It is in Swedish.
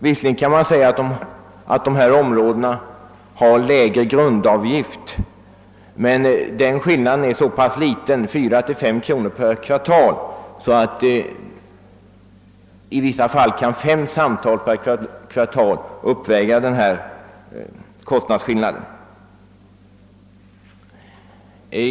Visserligen har detta område en lägre grundavgift, men skillnaden är så liten — fyra å fem kronor per kvartal — att i vissa fall fem samtal i kvartalet kan uppväga den.